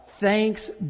thanks